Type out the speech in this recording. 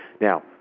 Now